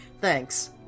Thanks